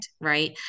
Right